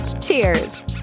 Cheers